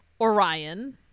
Orion